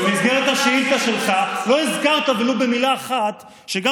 במסגרת השאילתה שלך לא הזכרת ולו במילה אחת שגם